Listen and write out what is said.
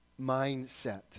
mindset